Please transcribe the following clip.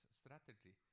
strategy